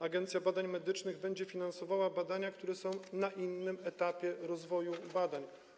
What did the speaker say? Agencja Badań Medycznych będzie finansowała badania, które są na innym etapie rozwoju badań.